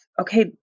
okay